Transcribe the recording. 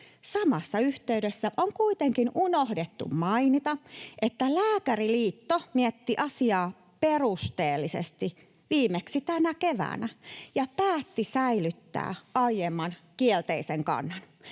Samassa yhteydessä on kuitenkin unohdettu mainita, että Lääkäriliitto mietti asiaa perusteellisesti viimeksi tänä keväänä ja päätti säilyttää aiemman kielteisen kantansa.